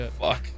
fuck